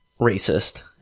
racist